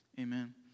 Amen